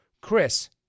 Chris